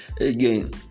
again